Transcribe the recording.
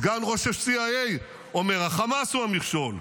סגן ראש ה-CIA אומר: החמאס הוא המכשול,